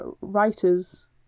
writers